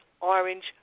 orange